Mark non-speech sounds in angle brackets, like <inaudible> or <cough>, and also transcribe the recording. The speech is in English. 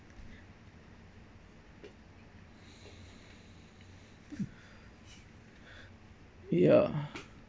<noise> ya